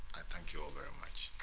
i thank you all very much